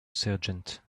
sergeant